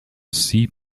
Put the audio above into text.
sea